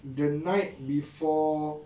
the night before